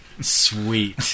Sweet